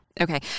Okay